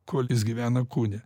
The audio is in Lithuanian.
kol jis gyvena kūne